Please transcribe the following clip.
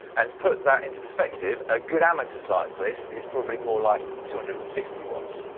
and put that into perspective, a good amateur cyclist is probably more like two hundred and fifty watts.